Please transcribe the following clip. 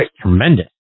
tremendous